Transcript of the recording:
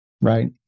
Right